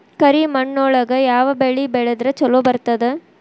ಕರಿಮಣ್ಣೊಳಗ ಯಾವ ಬೆಳಿ ಬೆಳದ್ರ ಛಲೋ ಬರ್ತದ?